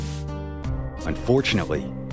Unfortunately